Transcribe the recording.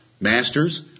masters